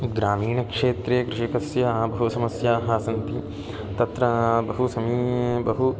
ग्रामीणक्षेत्रे कृषिकस्य बहु समस्याः सन्ति तत्र बहु समी बहु